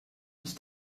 ist